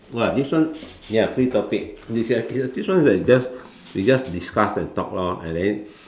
!wah! this one ya free topic this one is like just we just discuss and talk lor and then